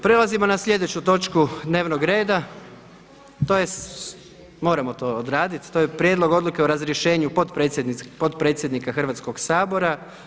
Prelazimo na sljedeću točku dnevnog reda, moramo to odraditi, to je: - Prijedlog odluke o razrješenju potpredsjednika Hrvatskoga sabora.